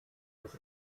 des